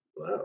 Wow